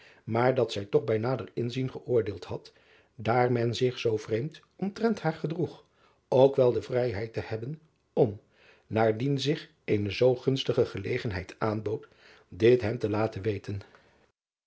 maar dat zij toch bij nader inzien geoordeeld had daar men zich zoo vreemd omtrent haar gedroeg ook wel de vrijheid te hebben om naardien zich eene zoo gunstige gelegenheid aanbood dit hem te laten weten